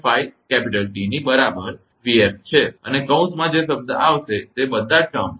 5𝑇 ની બરાબર 𝑣𝑓 અને કૌંસમાં જે શબ્દ આવશે તે બધા જ શબ્દો